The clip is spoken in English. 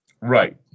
right